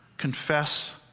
confess